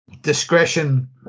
discretion